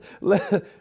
let